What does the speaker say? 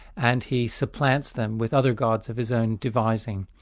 and he supplants them with other gods of his own devising.